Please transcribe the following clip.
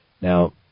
Now